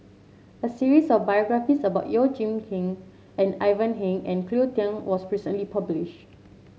a series of biographies about Yeoh Ghim Seng Ivan Heng and Cleo Thang was recently published